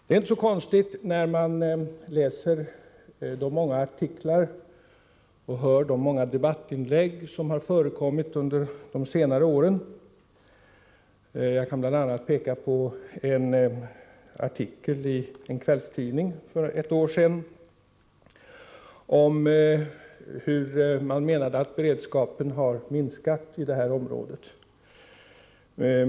Man har också kunnat läsa många artiklar och höra många debattinlägg under de senare åren. Jag kan bl.a. nämna en artikel i en kvällstidning för ett år sedan, där man menade att beredskapen i området har minskat.